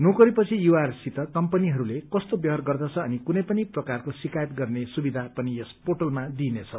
नोकरीपछि युवाहरूसित कम्पनीहरूले कस्तो व्यवहार गर्दछ अनि कुनै पनि प्रकारका शिकायत गर्ने सुविधा पनि यस पोर्टलमा दिइनेछ